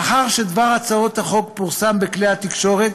לאחר שדבר הצעות החוק פורסם בכלי התקשורת